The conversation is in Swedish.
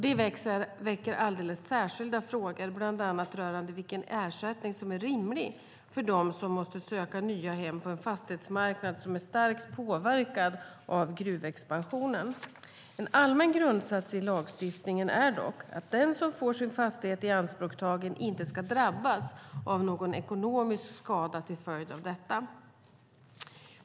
Detta väcker alldeles särskilda frågor, bland annat rörande vilken ersättning som är rimlig för dem som måste söka nya hem på en fastighetsmarknad som är starkt påverkad av gruvexpansionen. En allmän grundsats i lagstiftningen är dock att den som får sin fastighet ianspråktagen inte ska drabbas av någon ekonomisk skada till följd av detta.